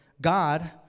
God